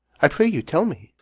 i pray you tell me.